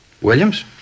Williams